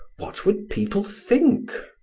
what would people think?